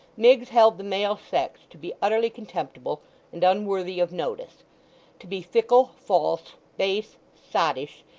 miggs held the male sex to be utterly contemptible and unworthy of notice to be fickle, false, base, sottish,